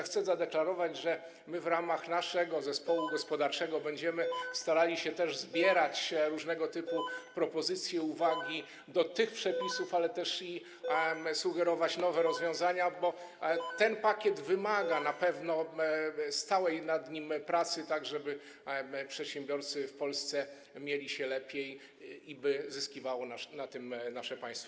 Chcę zadeklarować, że my w ramach naszego zespołu gospodarczego będziemy starali się też zbierać różnego typu propozycje i uwagi do tych przepisów, ale też sugerować nowe rozwiązania, bo ten pakiet wymaga na pewno stałej pracy nad nim, tak żeby przedsiębiorcy w Polsce mieli się lepiej i by zyskiwało na tym nasze państwo.